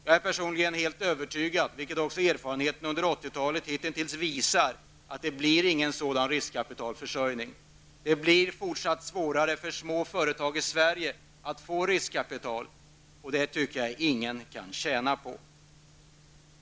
Jag är personligen helt övertygad om -- vilket även erfarenheten under 80-talet hitintills visar att det inte blir någon sådan riskkapitalförsörjning. Det kommer att bli fortsatt svårare för små företag i Sverige att få riskkapital. Det tycker jag inte någon kan tjäna på.